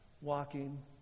walking